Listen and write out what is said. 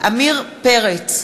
עמיר פרץ,